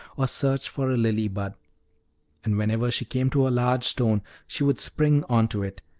or search for a lily bud and whenever she came to a large stone, she would spring on to it,